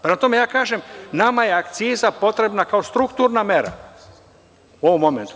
Prema tome, ja kažem, nama je akciza potrebna kao strukturna mera u ovommomentu.